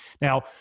Now